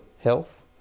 health